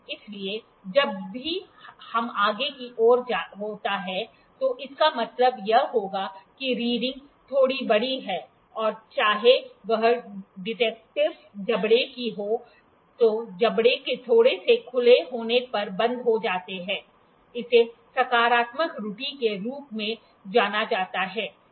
इसलिए जब भी यह आगे की ओर होता है तो इसका मतलब यह होगा कि रीडिंग थोड़ी बड़ी है चाहे वह डीटेेकटीव जबड़े की हो जो जबड़े के थोड़े से खुले होने पर बंद हो जाते हैं इसे सकारात्मक त्रुटि के रूप में जाना जाता है